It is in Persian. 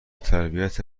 تربیت